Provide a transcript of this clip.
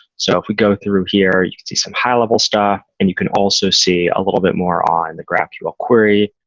so if we go through here, you can see some high level stuff and you can also see a little bit more on the graphql query,